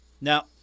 Now